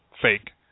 fake